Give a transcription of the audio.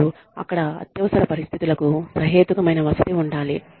మరియు అక్కడ అత్యవసర పరిస్థితులకు సహేతుకమైన వసతి ఉండాలి